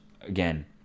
again